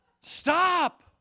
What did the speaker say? Stop